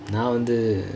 நா வந்து:naa vanthu